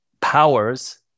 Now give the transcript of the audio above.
powers